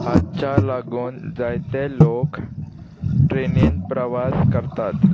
हाच्या लागून जायते लोक ट्रेनीन प्रवास करतात